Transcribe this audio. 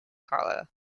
clara